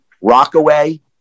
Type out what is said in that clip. Rockaway